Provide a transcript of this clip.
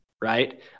right